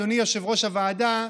אדוני יושב-ראש הוועדה,